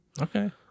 Okay